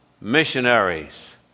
missionaries